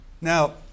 Now